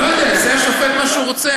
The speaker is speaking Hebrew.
שיעשה השופט מה שהוא רוצה.